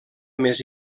més